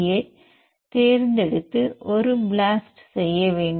யைத் தேர்ந்தெடுத்து ஒரு ப்ளாஸ்ட் செய்ய வேண்டும்